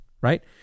right